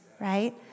right